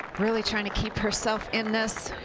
really trying to keep herself in this.